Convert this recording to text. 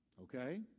Okay